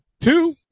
two